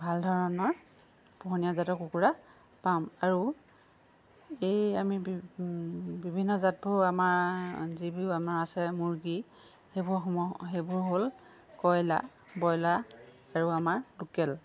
ভাল ধৰণৰ পোহনীয়া জাতৰ কুকুৰা পাম আৰু এই আমি বিভিন্ন জাতবোৰ আমাৰ যিবোৰ আমাৰ আছে মুৰ্গী সেইবোৰ সম সেইবোৰ হ'ল কইলাৰ ব্ৰইলাৰ আৰু আমাৰ লোকেল